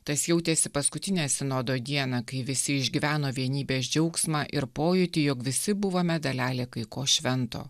tas jautėsi paskutinę sinodo dieną kai visi išgyveno vienybės džiaugsmą ir pojūtį jog visi buvome dalelė kai ko švento